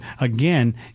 again